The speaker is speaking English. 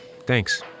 Thanks